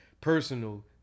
personal